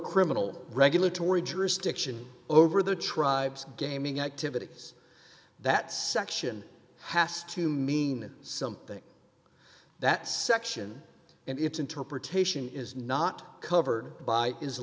criminal regulatory jurisdiction over the tribes gaming activities that section has to mean something that section and its interpretation is not covered by is